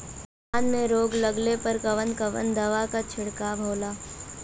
धान में रोग लगले पर कवन कवन दवा के छिड़काव होला?